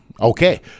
Okay